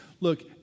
Look